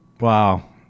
wow